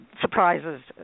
surprises